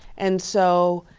and so,